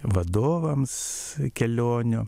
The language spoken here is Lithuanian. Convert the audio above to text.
vadovams kelionių